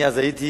אני אז הייתי,